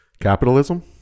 Capitalism